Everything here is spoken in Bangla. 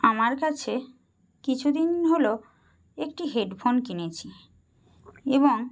আমার কাছে কিছুদিন হল একটি হেডফোন কিনেছি এবং